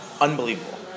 Unbelievable